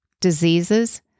diseases